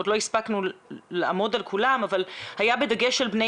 עוד לא הספקנו לעמוד על כולם אבל היה בדגש על בני